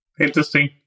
Interesting